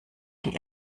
die